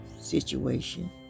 situation